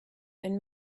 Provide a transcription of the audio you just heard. and